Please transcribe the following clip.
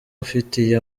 ufitiye